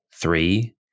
three